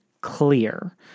clear